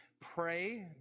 pray